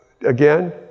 again